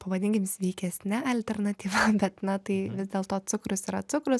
pavadinkim sveikesne alternatyva bet na tai vis dėlto cukrus yra cukrus